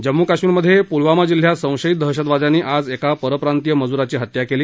जम्मू कश्मीरमधे पुलवामा जिल्ह्यात संशयीत दहशतवाद्यांनी आज एका परप्रांतीय मजुराची हत्या केली